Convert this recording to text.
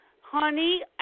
honey